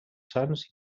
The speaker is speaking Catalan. sants